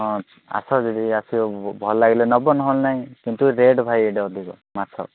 ହଁ ଅଛି ଆସ ଯଦି ଆସିବ ଭଲ ଲାଗିଲେ ନେବ ନହେଲେ ନାଇଁ କିନ୍ତୁ ରେଟ୍ ଭାଇ ଏଠି ଅଧିକ ମାଛ